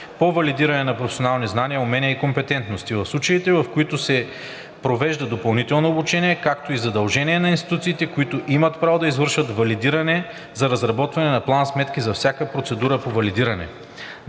по валидиране на професионални знания, умения и компетентности със случаите, в които се провежда допълнително обучение, както и задължение на институциите, които имат право да извършват валидиране, за разработване на план-сметки за всяка процедура по валидиране.